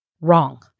wrong